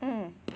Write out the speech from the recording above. mmhmm